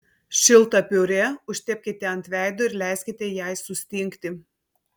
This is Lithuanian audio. šiltą piurė užtepkite ant veido ir leiskite jai sustingti